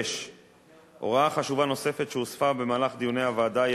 6. הוראה חשובה נוספת שהוספה במהלך דיוני הוועדה היא